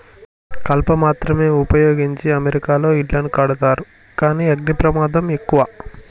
కలప మాత్రమే వుపయోగించి అమెరికాలో ఇళ్లను కడతారు కానీ అగ్ని ప్రమాదం ఎక్కువ